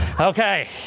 Okay